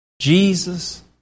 Jesus